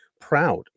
proud